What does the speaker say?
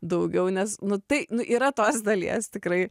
daugiau nes nu tai nu yra tos dalies tikrai